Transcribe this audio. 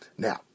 Now